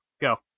Go